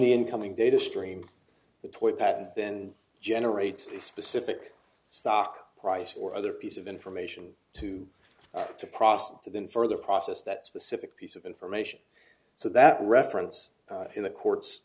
the incoming data stream the toy patent then generates a specific stock price or other piece of information to the prostate then further process that specific piece of information so that reference in the court's